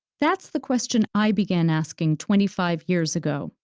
that's the question i began asking twenty five years ago,